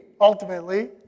ultimately